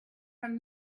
from